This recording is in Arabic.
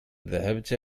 ذهبت